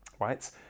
right